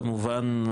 כמובן,